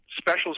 specials